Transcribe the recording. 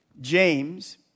James